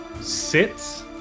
sits